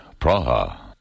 Praha